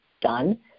done